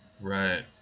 right